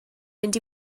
mynd